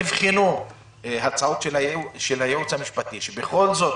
נבחנו הצעות של הייעוץ המשפטי בכל זאת